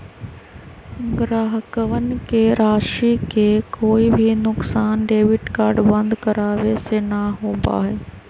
ग्राहकवन के राशि के कोई भी नुकसान डेबिट कार्ड बंद करावे से ना होबा हई